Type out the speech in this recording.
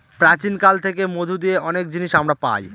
প্রাচীন কাল থেকে মধু দিয়ে অনেক জিনিস আমরা পায়